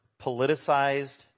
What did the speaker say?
politicized